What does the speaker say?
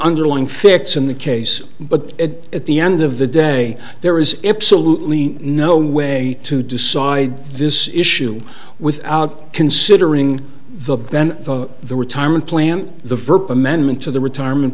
underlying facts in the case but at the end of the day there is absolutely no way to decide this issue without considering the ben the retirement plan the verb amendment to the retirement